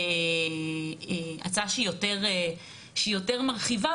הצעה שהיא יותר מרחיבה,